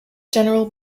general